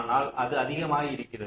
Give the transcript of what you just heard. ஆனால் அது அதிகமாக இருக்கிறது